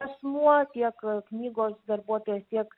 asmuo tiek knygos darbuotojas tiek